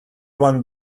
one